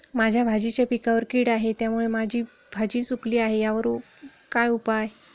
माझ्या भाजीच्या पिकावर कीड आहे त्यामुळे भाजी सुकली आहे यावर काय उपाय?